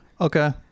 Okay